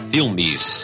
Filmes